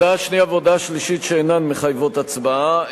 הודעה שנייה והודעה שלישית שאינן מחייבות הצבעה.